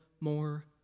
more